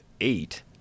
eight